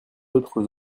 autres